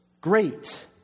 great